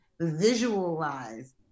visualize